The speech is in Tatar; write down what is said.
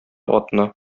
атны